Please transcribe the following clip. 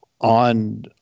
on